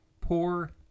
poor